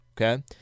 Okay